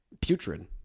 putrid